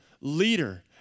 leader